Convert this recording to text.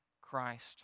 Christ